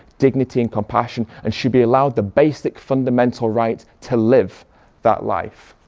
dignity and compassion and should be allowed the basic fundamental right to live that life?